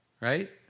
Right